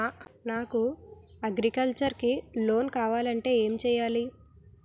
నాకు అగ్రికల్చర్ కి లోన్ కావాలంటే ఏం చేయాలి?